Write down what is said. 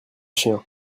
chiens